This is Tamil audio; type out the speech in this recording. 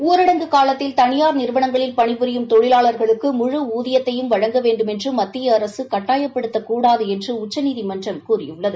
ஊரடங்கு காலத்தில் தனியார் நிறுவனங்களில் பணி புரியும் தொழிலாளர்களுக்கு முழு ஊதியத்தையும் வழங்க வேண்டுமென்று மத்திய அரசு கட்டாயப்படுத்தக்கூடாது என்று உச்சநீதிமன்றம் கூறியுள்ளது